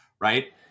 right